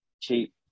cheap